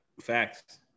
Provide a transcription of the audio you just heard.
facts